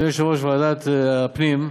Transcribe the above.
אדוני יושב-ראש ועדת הפנים,